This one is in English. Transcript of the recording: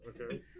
okay